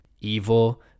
evil